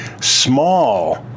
small